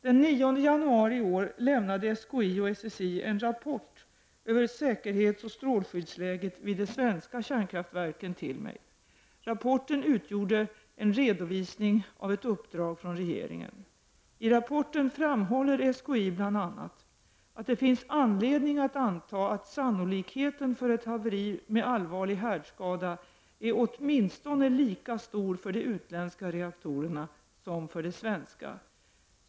Den 9 januari i år lämnade SKI och SSI till mig en rapport över säkerhetsoch strålskyddsläget vid de svenska kärnkraftverken. Rapporten utgjorde en redovisning av ett updrag från regeringen. I rapporten framhåller SKI bl.a. att det finns anledning att anta att sannolikheten för ett haveri med allvarlig härdskada är åtminstone lika stor för de utländska reaktorerna som för de svenska.